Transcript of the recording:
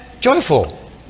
joyful